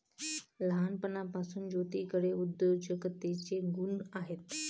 लहानपणापासून ज्योतीकडे उद्योजकतेचे गुण आहेत